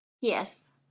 Yes